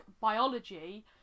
biology